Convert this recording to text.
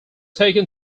taken